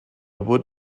wood